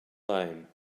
lame